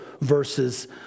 verses